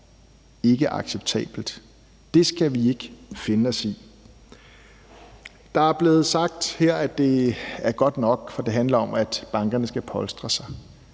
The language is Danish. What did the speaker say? ikke acceptabelt, og det skal vi ikke finde os i. Der er blevet sagt her, at det er godt nok, for det handler om, at bankerne skal polstre sig.